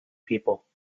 people